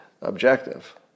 objective